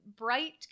bright